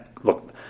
look